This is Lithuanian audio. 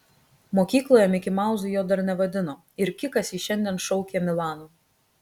mokykloje mikimauzu jo dar nevadino ir kikas jį šiandien šaukė milanu